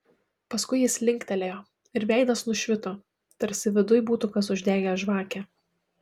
paskui jis linktelėjo ir veidas nušvito tarsi viduj būtų kas uždegęs žvakę